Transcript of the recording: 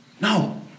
No